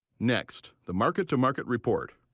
next, the market to market report.